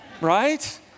right